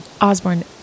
Osborne